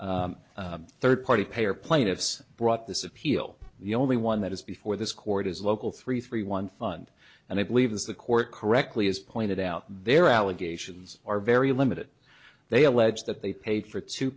four third party payer plaintiffs brought this appeal the only one that is before this court is local three three one fund and i believe the court correctly has pointed out their allegations are very limited they allege that they paid for two